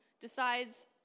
decides